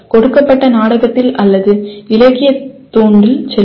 கொடுக்கப்பட்ட நாடகத்தில் அல்லது இலக்கியத் துண்டில் சொல்வோம்